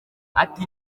ati